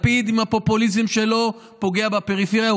לפיד עם הפופוליזם שלו פוגע בפריפריה.